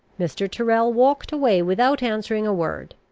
mr. tyrrel walked away without answering a word.